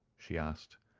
she asked.